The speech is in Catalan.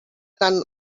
tan